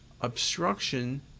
obstruction